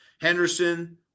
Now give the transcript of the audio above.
henderson